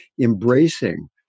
embracing